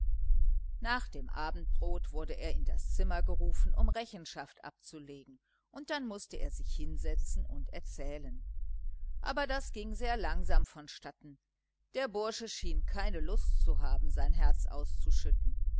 nach dem abendbrot wurde er in das zimmer gerufen um rechenschaft abzulegen und dann mußte er sich hinsetzen und erzählen aber das ging sehr langsam vonstatten der bursche schien keine lust zu haben sein herz auszuschütten